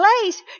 place